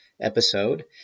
episode